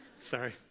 sorry